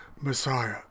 Messiah